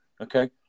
Okay